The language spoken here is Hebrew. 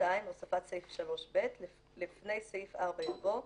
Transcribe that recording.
הוספת סעיף 3ב לפני סעיף 4 יבוא: